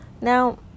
Now